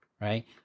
right